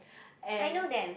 and